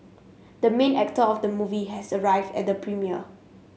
the main actor of the movie has arrived at the premiere